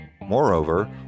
Moreover